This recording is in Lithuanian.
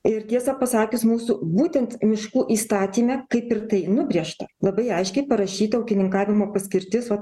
ir tiesą pasakius mūsų būtent miškų įstatyme kaip ir tai nubrėžta labai aiškiai parašyta ūkininkavimo paskirtis o